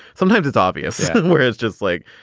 sometimes it's obvious. whereas just like,